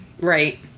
Right